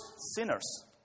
sinners